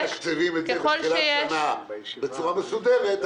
אבל אם היו מתקצבים את זה בתחילת שנה בצורה מסודרת,